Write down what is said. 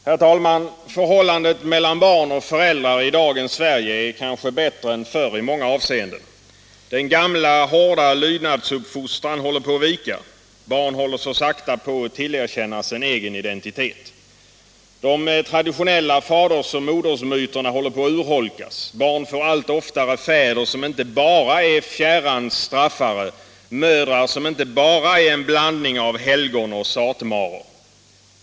Herr talman! Förhållandet mellan barn och föräldrar i dagens Sverige är kanske bättre än förr i många avseenden. Den gamla hårda lydnadsuppfostran håller på att vika. Barn håller så sakta på att tillerkännas en egen identitet. 35 De traditionella fadersoch modersmyterna håller på att urholkas. Barn får allt oftare fäder som inte bara är fjärran straffare, mödrar som inte bara är en blandning av helgon och satmaror.